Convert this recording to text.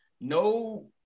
No